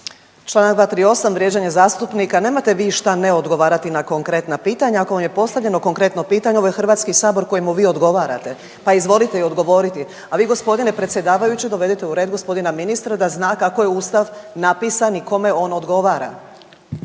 Čl. 238., vrijeđanje zastupnika. Nemate vi šta ne odgovarati na konkretna pitanja, ako vam je postavljeno konkretno pitanje ovo je HS kojemu vi odgovarate, pa izvolite i odgovoriti. A vi g. predsjedavajući dovedite u red g. ministra da zna kako je ustav napisan i kome on odgovara.